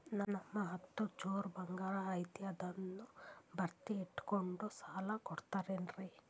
ನಮ್ಮಹತ್ರ ಚೂರು ಬಂಗಾರ ಐತಿ ಅದನ್ನ ಒತ್ತಿ ಇಟ್ಕೊಂಡು ಸಾಲ ಕೊಡ್ತಿರೇನ್ರಿ?